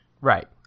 Right